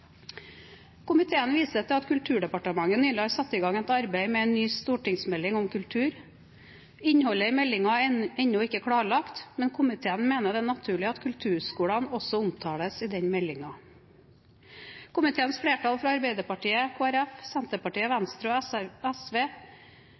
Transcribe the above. Komiteen viser til at Kulturdepartementet nylig har satt i gang et arbeid med en ny stortingsmelding om kultur. Innholdet i meldingen er ennå ikke klarlagt, men komiteen mener det er naturlig at kulturskolene også omtales i denne meldingen. Komiteens flertall fra Arbeiderpartiet, Kristelig Folkeparti, Senterpartiet,